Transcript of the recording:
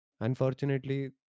Unfortunately